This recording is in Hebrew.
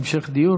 להמשך דיון?